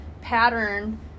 pattern